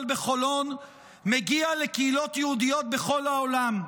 בחולון מגיע לקהילות יהודיות בכל העולם.